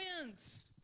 wins